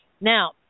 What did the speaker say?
Now